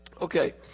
Okay